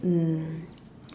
um